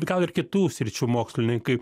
gal ir kitų sričių mokslininkai